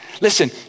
Listen